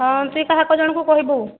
ହଁ ତୁଇ କାହାକୁ ଜଣକୁ କହିବୁ